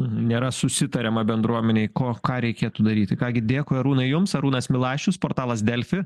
nėra susitariama bendruomenėj ko ką reikėtų daryti ką gi dėkui arūnai jums arūnas milašius portalas delfi